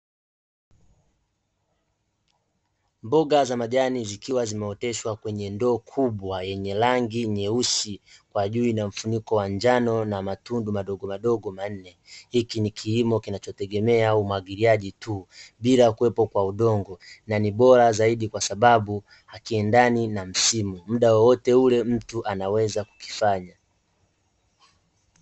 Mboga za majani zikiwa zimeoteshwa kwenye ndoo kubwa yenye rangi nyeusi, kwa juu ina mfuniko wa njano na matundu madogo madogo manne, hiki ni kilimo kinachotegemea umwagiliaji tu bila kuwepo kwa udongo na ni bora zaidi kwa sababu hakiendani na msimu ,muda wowote ule mtu anaweza kukifanya.